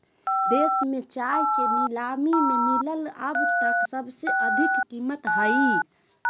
देश में चाय के नीलामी में मिलल अब तक सबसे अधिक कीमत हई